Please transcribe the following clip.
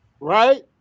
Right